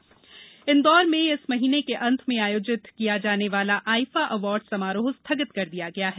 IIFA Indore में इस महीने के अंत में आयोजित किया जाने वाला आइफा अवार्ड को स्थगित कर दिया गया है